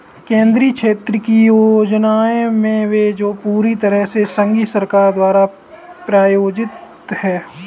केंद्रीय क्षेत्र की योजनाएं वे है जो पूरी तरह से संघीय सरकार द्वारा प्रायोजित है